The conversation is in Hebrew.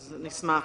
נשמח.